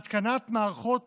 התקנת מערכות